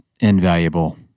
invaluable